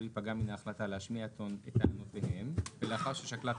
להיפגע מן ההחלטה להשמיע את טענותיהם ולאחר ששקלה את